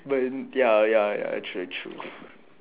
but ya ya ya true true